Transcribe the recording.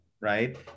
right